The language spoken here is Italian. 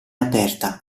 aperta